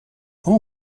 اون